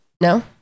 No